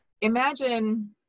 imagine